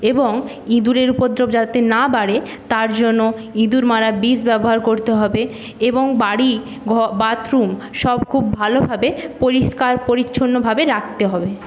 এবং ইঁদুরের উপদ্রব যাতে না বাড়ে তারজন্য ইঁদুর মারার বিষ ব্যবহার করতে হবে এবং বাড়ি বাথরুম সব খুব ভালোভাবে পরিষ্কার পরিচ্ছন্নভাবে রাখতে হবে